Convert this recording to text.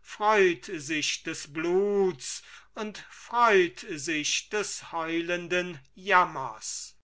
freut sich des bluts und freut sich des heulenden jammers